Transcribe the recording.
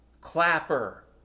Clapper